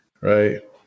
Right